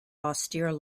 austere